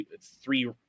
three